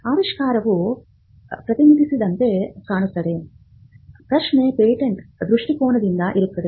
ಆವಿಷ್ಕಾರವು ಪ್ರತಿನಿಧಿಸಿದಂತೆ ಕಾಣುತ್ತದೆ ಪ್ರಶ್ನೆ ಪೇಟೆಂಟ್ ದೃಷ್ಟಿಕೋನದಿಂದ ಇರುತ್ತದೆ